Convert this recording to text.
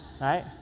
right